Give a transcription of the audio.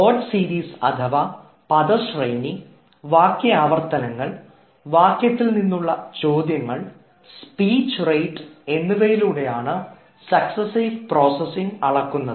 word series അഥവാ പദ ശ്രേണി വാക്യ ആവർത്തനങ്ങൾ വാക്യത്തിൽ നിന്നുള്ള ചോദ്യങ്ങൾ സ്പീച്ച് റേറ്റ് എന്നിവയിലൂടെയാണ് സക്സ്സീവ് പ്രോസസ്സിംഗ് അളക്കുന്നത്